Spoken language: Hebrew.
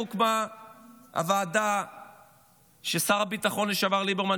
הוקמה הוועדה ששר הביטחון לשעבר ליברמן,